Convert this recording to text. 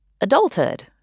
adulthood